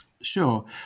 Sure